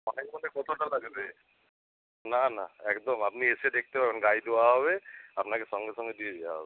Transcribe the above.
অনেক মানে কতোটা লাগবে না না একদম আপনি এসে দেখতে পারবেন গাই দোয়া হবে আপনাকে সঙ্গে সঙ্গে দিয়ে দেওয়া হবে